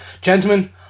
Gentlemen